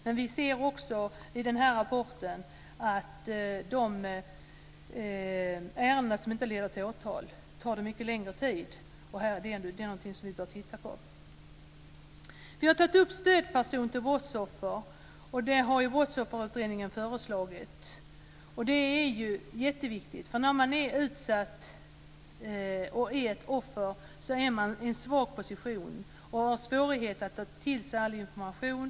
Men vi ser också i rapporten att de ärenden som inte leder till åtal tar mycket längre tid. Det är någonting som vi bör titta på. Vi har tagit upp frågan om stödpersonal till brottsoffer. Det har Brottsofferutredningen föreslagit. Det är jätteviktigt. När man är utsatt och ett offer är man i en svag position och har svårt att ta till sig all information.